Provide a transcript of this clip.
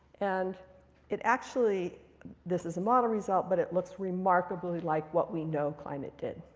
and it actually this is a model result, but it looks remarkably like what we know climate did.